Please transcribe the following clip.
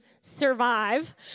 survive